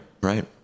Right